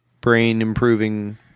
brain-improving